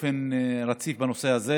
באופן רציף בנושא הזה.